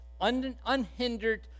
unhindered